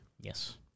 Yes